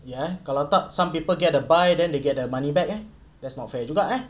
ya eh kalau tak some people get a buy then they get their money back eh that's not fair juga eh